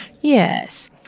Yes